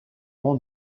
rang